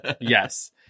yes